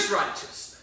righteousness